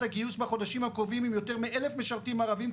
הגיוס בחודשים הקרובים עם יותר מאלף משרתים ערבים,